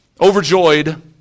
Overjoyed